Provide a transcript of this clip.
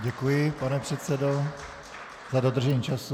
Děkuji, pane předsedo, za dodržení času.